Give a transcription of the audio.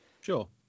Sure